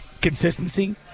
consistency